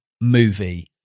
movie